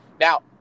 now